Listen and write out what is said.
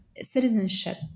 citizenship